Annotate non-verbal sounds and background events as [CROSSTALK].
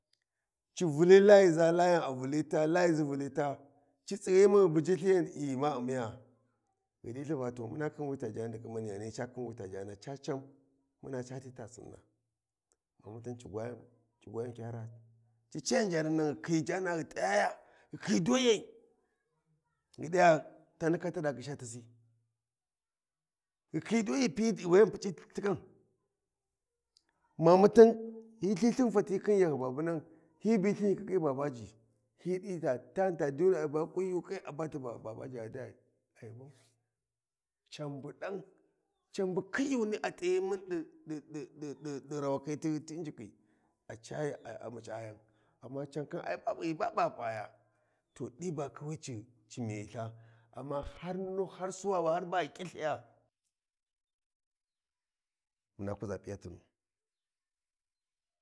Ci Vuli layiʒa layan a Vulita Ci vuli layiʒa ci tsighimu ghi bujitha yandi ma Ummi ya ghi ɗi ltha Va to muna khin wi ta jani ɗi ƙhimani, ghani ca khin wi ta jana ca can muna ca titete Sinna mamutan ci gwayan ci gwayan kyara ci ca yan jani nan ghi khiyi jana ghi t’ayaya ghi khiyi dayai ghi ɗiya ta ndaka ta ɗa ghisha tasi, ghi khiyi daji ghi Pi ghi je ghu puci Lthiƙan, mamutan hyi Lthin fati khin yahyu babunan hyi Lilthin fati khin yahyu babunan hyi bilthin ƙiƙƙi Babaji hyi ɗi ta tani ta diyuni ai ba ƙunyu ƙai a ba tiva babaji a ɗi va ai bau can bu ɗan can bu khiyunu a t’ayimun d’i [HESITATION] rawa khi ti unjikhi a cayi ai a muda yan amma can ghi ba b ghi paya to ɗi ba khiwici ci miyi ltha amma har nunu hr suwa ba ghi kitthiya mts muna kuʒa daɗinu.